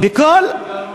אתה רוצה,